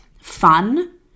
Fun